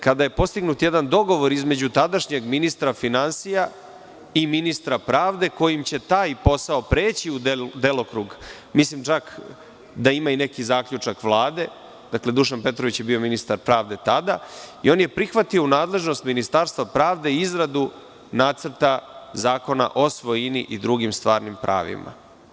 Kada je postignut jedan dogovor između tadašnjeg ministra finansija i ministra pravde kojim će taj posao preći u delokrug, mislim čak da ima i neki zaključak vlade, dakle, Dušan Petrović je bio ministar pravde tada i on je prihvatio u nadležnost Ministarstva pravde izradu nacrta zakona o svojini i drugim stvarnim pravima.